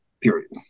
Period